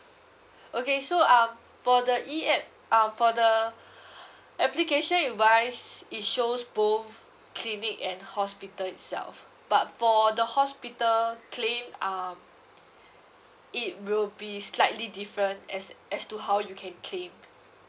okay so um for the E app um for the application device it shows both clinic and hospital itself but for the hospital claim um it will be slightly different as as to how you can claim